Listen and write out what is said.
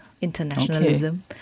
internationalism